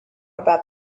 about